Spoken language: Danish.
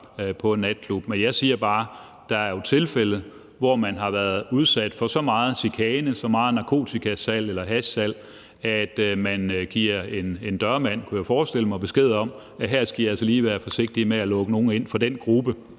seriøst. Jeg siger bare, at der er tilfælde, hvor man har været udsat for så meget chikane, så meget narkotikasalg eller hashsalg, at man giver en dørmand – kunne jeg forestille mig – besked om, at her skal man altså lige være forsigtig med at lukke nogen ind fra den gruppe,